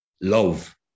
love